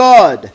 God